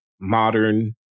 modern